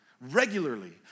regularly